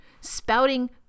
Spouting